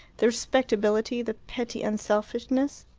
the respectability, the petty unselfishness.